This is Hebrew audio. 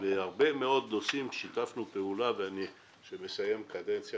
בהרבה מאוד נושאים שיתפנו פעולה ולפני סיום קדנציה